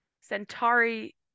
Centauri